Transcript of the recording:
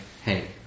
hey